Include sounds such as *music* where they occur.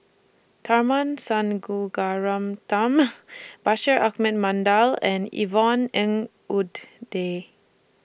Tharman *unintelligible* Bashir Ahmad *unintelligible* and Yvonne Ng *unintelligible*